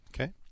Okay